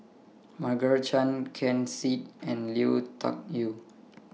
Margaret Chan Ken Seet and Lui Tuck Yew